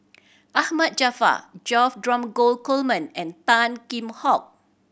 Ahmad Jaafar George Dromgold Coleman and Tan Kheam Hock